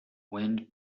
wind